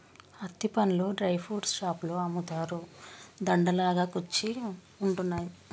అత్తి పండ్లు dry fruits షాపులో అమ్ముతారు, దండ లాగా కుచ్చి ఉంటున్నాయి